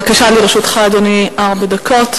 אדוני, לרשותך ארבע דקות.